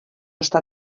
està